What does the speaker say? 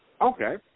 Okay